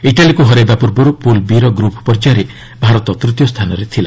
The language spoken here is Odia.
ଇଟାଲୀକୁ ହରାଇବା ପୂର୍ବରୁ ପୁଲ୍ ବି'ର ଗ୍ରୁପ୍ ପର୍ଯ୍ୟାୟରେ ଭାରତ ତୂତୀୟ ସ୍ଥାନରେ ଥିଲା